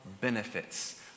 benefits